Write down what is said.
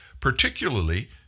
particularly